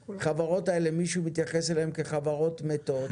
ומישהו מתייחס אל החברות האלה כחברות מתות,